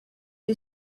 who